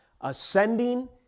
ascending